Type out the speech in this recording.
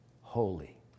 holy